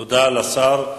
תודה לשר.